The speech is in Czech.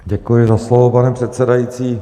Děkuji za slovo, pane předsedající.